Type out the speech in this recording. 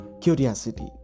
curiosity